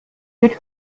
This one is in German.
wird